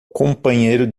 companheiro